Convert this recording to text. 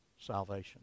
salvation